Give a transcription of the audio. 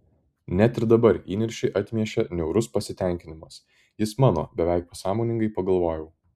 net ir dabar įniršį atmiešė niaurus pasitenkinimas jis mano beveik pasąmoningai pagalvojau